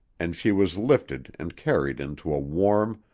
and she was lifted and carried into a warm,